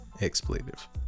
expletive